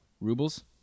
Rubles